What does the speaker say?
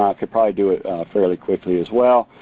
um could probably do it fairly quickly as well.